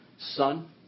son